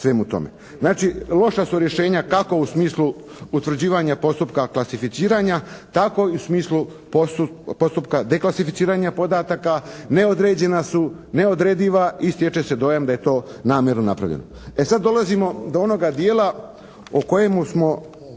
Znači, loša su rješenja tako u smislu utvrđivanja postupka klasificiranja, tako i u smislu postupka deklasificiranja podataka, neodređena su, neodrediva i stječe se dojam da je to namjerno napravljeno. E sad, dolazimo do onoga dijela o kojemu smo